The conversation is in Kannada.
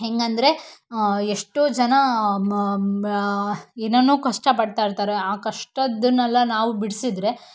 ಹೆಂಗೆ ಅಂದರೆ ಎಷ್ಟೋ ಜನ ಏನೇನೋ ಕಷ್ಟಪಡ್ತಾ ಇರ್ತಾರೆ ಆ ಕಷ್ಟದ್ದನ್ನೆಲ್ಲ ನಾವು ಬಿಡಿಸಿದ್ರೆ